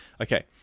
Okay